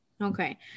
okay